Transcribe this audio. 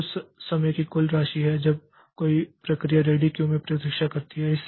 तो उस समय की कुल राशि है जब कोई प्रक्रिया रेडी क्यू में प्रतीक्षा करती है